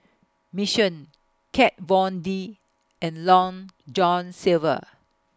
Mission Kat Von D and Long John Silver